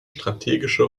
strategische